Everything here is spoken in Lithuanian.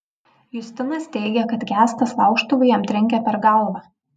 justinas teigia kad kęstas laužtuvu jam trenkė per galvą